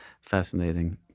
Fascinating